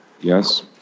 Yes